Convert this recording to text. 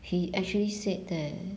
he actually said that